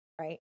right